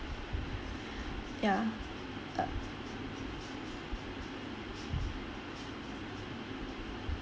ya err